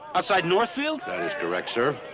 outside northfield? that is correct, sir.